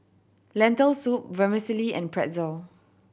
Lentil Soup Vermicelli and Pretzel